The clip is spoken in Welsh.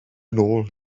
nôl